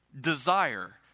desire